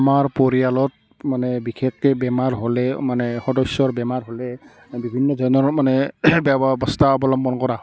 আমাৰ পৰিয়ালত মানে বিশেষকৈ বেমাৰ হ'লে মানে সদস্যৰ বেমাৰ হ'লে বিভিন্ন ধৰণৰ মানে ব্যৱস্থা গ্ৰহণ কৰা হয়